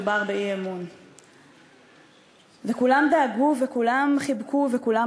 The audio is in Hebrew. לא היה אדם אחד בממשלה שלא דאג לדבר ולספר כמה שאנחנו